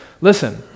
listen